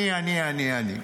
אני, אני, אני, אני.